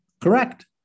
correct